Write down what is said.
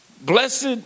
Blessed